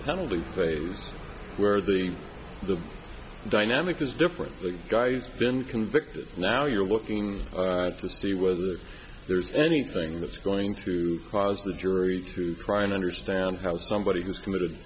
penalty phase where the the dynamic is different the guy's been convicted now you're looking to see whether there's anything that's going to cause the jury to try and understand how somebody who's committed